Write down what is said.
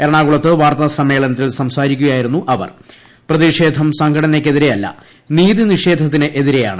എറണാകുളത്ത് വ്യാർത്താ സമ്മേളനത്തിൽ സംസാരിക്കുകയായിരുന്നു പ്രതിഷേധം സംഘടനയ്ക്കെതിരെ അല്ല ന്ദീത്തി നിഷേധത്തിന് എതിരെയാണ്